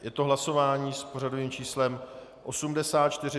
Je to hlasování s pořadovým číslem 84.